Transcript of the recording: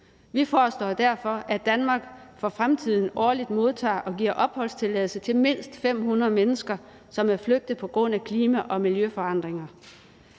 Vi foreslår derfor, at Danmark for fremtiden årligt modtager og giver opholdstilladelse til mindst 500 mennesker, som er flygtet på grund af klima- og miljøforandringer.